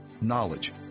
knowledge